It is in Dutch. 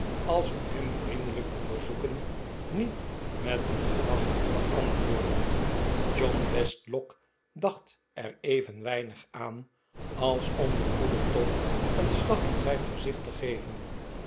als onrhem vriendelijk te verzoeken niet met een gelach te antwoorden john westlock dacht er even weinig aan als om den goeden tom een slag in zijn gezicht te geven